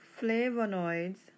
flavonoids